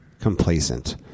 complacent